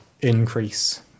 increase